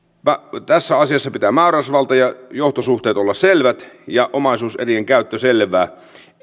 tässä asiassa pitää määräysvallan ja johtosuhteiden olla selvät ja omaisuuserien käytön selvää